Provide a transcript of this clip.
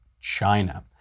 China